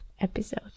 episode